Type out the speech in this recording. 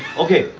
okay,